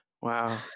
Wow